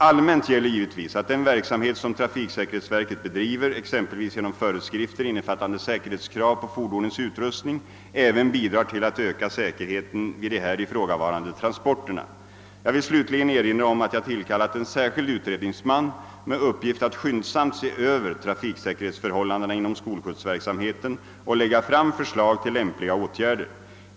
Allmänt gäller givetvis att den verksamhet som trafiksäkerhetsverket bedriver — exempelvis genom föreskrifter innefattande säkerhetskrav på fordonets utrustning — även bidrar till att öka säkerheten vid de här ifrågavarande transporterna. Jag vill slutligen erinra om att jag tillkallat en särskild utredningsman med uppgift att skyndsamt se över trafiksäkerhetsförhållandena inom skolskjutsverksamheten och lägga fram förslag till lämpliga åtgärder.